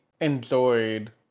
enjoyed